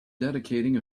dedicating